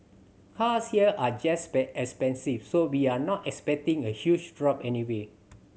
cars here are just by expensive so we are not expecting a huge drop anyway